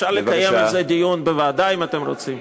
אפשר לקיים על זה דיון בוועדה אם אתם רוצים.